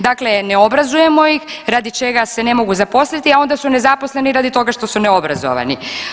Dakle, ne obrazujemo ih radi čega se ne mogu zaposliti, a onda su nezaposleni radi toga što su neobrazovani.